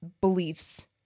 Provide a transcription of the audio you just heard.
beliefs